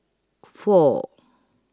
four